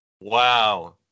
Wow